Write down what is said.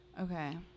Okay